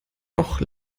doch